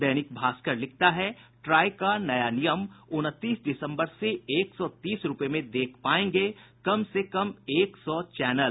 दैनिक भास्कर लिखता है ट्राई का नया नियम उनतीस दिसम्बर से एक सौ तीस रूपये में देख पायेंगे कम से कम एक सौ चैनल